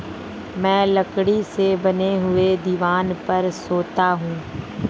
मैं लकड़ी से बने हुए दीवान पर सोता हूं